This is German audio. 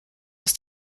aus